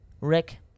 Rick